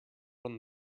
from